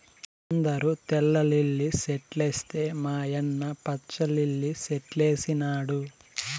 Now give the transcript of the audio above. అందరూ తెల్ల లిల్లీ సెట్లేస్తే మా యన్న పచ్చ లిల్లి సెట్లేసినాడు